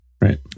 Right